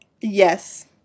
yes